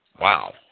Wow